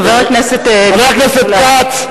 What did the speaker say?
חבר הכנסת כץ,